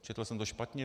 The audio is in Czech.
Četl jsem to špatně?